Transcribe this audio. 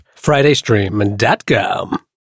fridaystream.com